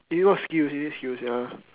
skill you need skills ya